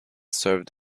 served